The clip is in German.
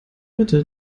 mitte